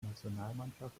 nationalmannschaft